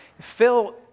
Phil